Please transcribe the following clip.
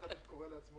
שרעבי,